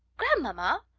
grandmamma,